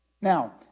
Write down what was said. Now